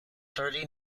thirty